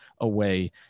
away